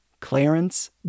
Clarence